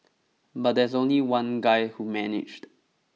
but there's only one guy who managed